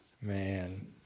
man